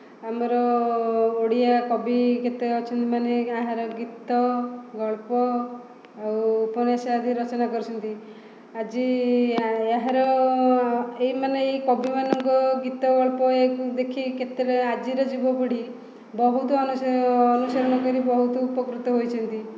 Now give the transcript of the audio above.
ଆମର ଓଡ଼ିଆ କବି କେତେ ଅଛନ୍ତି ମାନେ ଏହାର ଗୀତ ଗଳ୍ପ ଆଉ ଉପନ୍ୟାସ ଆଦି ରଚନା କରିଛନ୍ତି ଆଜି ଏହାର ଏଇ ମାନେ ଏହି କବିମାନଙ୍କ ଗୀତ ଗଳ୍ପ ୟାକୁ ଦେଖି କେତେଟା ଆଜିର ଯୁବପିଢ଼ି ବହୁତ ଅନୁସରଣ କରି ବହୁତ ଉପକୃତ ହୋଇଛନ୍ତି